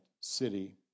city